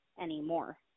anymore